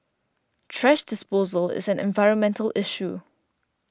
thrash disposal is an environmental issue